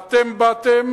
ואתם באתם